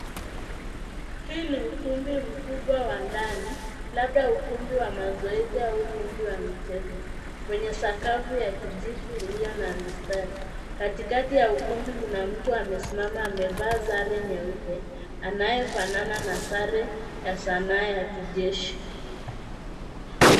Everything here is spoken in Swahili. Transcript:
Huu ni ukumbi mkubwa wa ndani labda ukumbi wa mazoezi au ukumbi wa michezo kwenye sakafu ya kijivu iliyo na mistari. Katikati ya ukumbi kuna mtu amesimama amevaa sare nyeupe anaye fanana na sare ya Sanaa ya kijeshi.